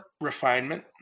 Refinement